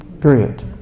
Period